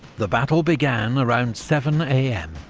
the battle began around seven am,